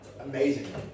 Amazing